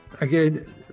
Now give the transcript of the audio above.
again